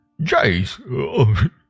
Jace